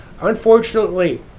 Unfortunately